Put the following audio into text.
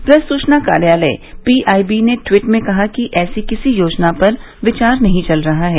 press सूचना कार्यालय PIB ने ट्वीट में कहा है कि ऐसी किसी योजना पर विचार नहीं चल रहा है